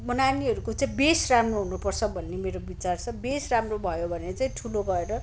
म नानीहरूको चाहिँ बेस् राम्रो हुनु पर्छ भन्ने मेरो बिचार छ बेस राम्रो भयो भने चाहिँ ठुलो भएर